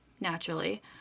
naturally